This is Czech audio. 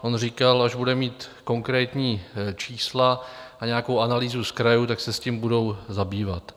On říkal, až bude mít konkrétní čísla a nějakou analýzu z krajů, tak se tím budou zabývat.